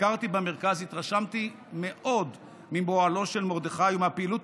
ביקרתי במרכז והתרשמתי מאוד מפועלו של מרדכי ומהפעילות